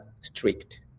strict